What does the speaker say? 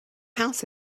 house